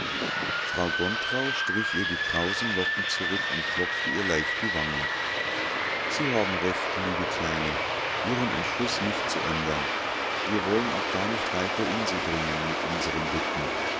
frau gontrau strich ihr die krausen locken zurück und klopfte ihr leicht die wange sie haben recht liebe kleine ihren entschluß nicht zu ändern wir wollen auch gar nicht weiter in sie dringen mit unsren bitten